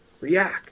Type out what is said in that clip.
react